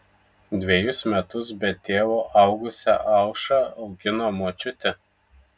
dvejus metus be tėvo augusią aušrą augino močiutė